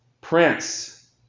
prince